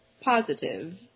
positive